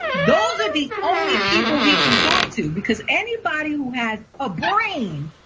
those are the only people he can talk to, because anybody who has a brain,